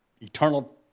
eternal